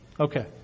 Okay